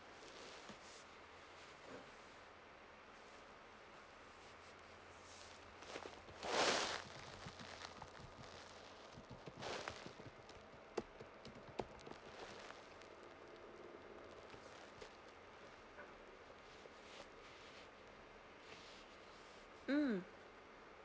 mm